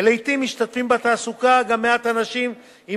ולעתים משתתפים בתעסוקה גם מעט אנשים עם